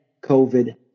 COVID